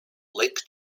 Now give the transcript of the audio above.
lake